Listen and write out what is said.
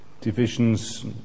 divisions